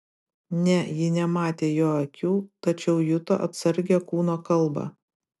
ne ji nematė jo akių tačiau juto atsargią kūno kalbą